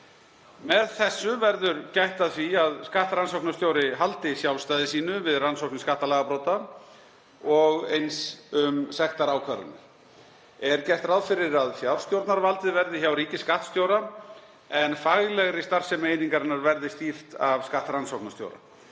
Með þessu verður gætt að því að skattrannsóknarstjóri haldi sjálfstæði sínu við rannsóknir skattalagabrota og sektarákvarðanir. Er gert ráð fyrir að fjárstjórnarvaldið verði hjá ríkisskattstjóra en faglegri starfsemi einingarinnar verði stýrt af skattrannsóknarstjóra.